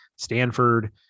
Stanford